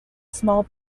small